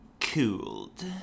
Cooled